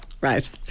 Right